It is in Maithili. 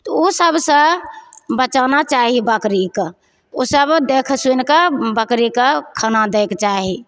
तऽ ओ सबसे बचाना चाही बकरीके ओसब देखि सुनिके बकरीके खाना दैके चाही